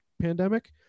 pandemic